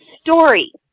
story